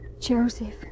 Joseph